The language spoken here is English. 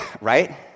right